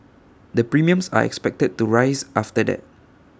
the premiums are expected to rise after that